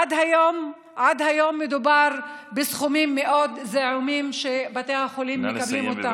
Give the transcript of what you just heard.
עד היום מדובר בסכומים מאוד זעומים שבתי החולים מקבלים.